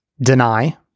Deny